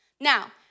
Now